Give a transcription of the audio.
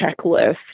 checklist